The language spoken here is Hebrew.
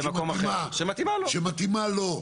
שמתאימה לו.